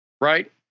right